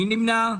מי נמנע?